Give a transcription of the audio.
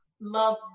love